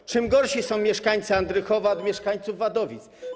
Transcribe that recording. W czym gorsi są mieszkańcy Andrychowa od mieszkańców Wadowic?